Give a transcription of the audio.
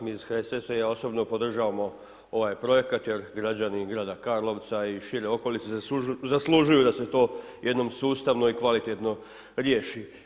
Mi iz HSS-a i ja osobno podržavamo ovaj projekat jer građani grada Karlovca i šire okolice zaslužuju da se to jednom sustavno i kvalitetno riješi.